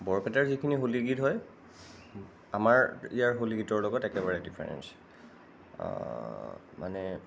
বৰপেটাৰ যিখিনি হ'লী গীত হয় আমাৰ ইয়াৰ হ'লী গীতৰ লগত একেবাৰে ডিফাৰেঞ্চ মানে